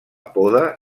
poda